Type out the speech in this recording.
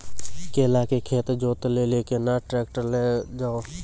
केला के खेत जोत लिली केना ट्रैक्टर ले लो जा?